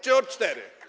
Czy od 4?